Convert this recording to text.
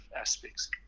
aspects